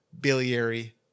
biliary